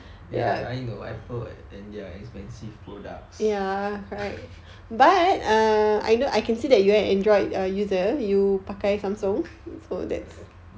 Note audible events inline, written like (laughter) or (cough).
ya I know apple and their expensive products (laughs)